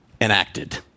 enacted